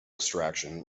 extraction